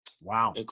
Wow